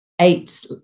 eight